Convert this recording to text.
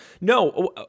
No